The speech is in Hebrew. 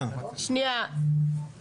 אני חייבת להגיד לך משהו.